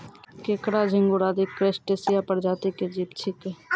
केंकड़ा, झिंगूर आदि क्रस्टेशिया प्रजाति के जीव छेकै